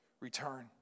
return